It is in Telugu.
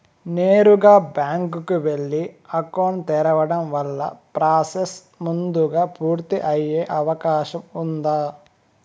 నేరుగా బ్యాంకు కు వెళ్లి అకౌంట్ తెరవడం వల్ల ప్రాసెస్ ముందుగా పూర్తి అయ్యే అవకాశం ఉందా?